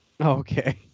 Okay